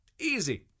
Easy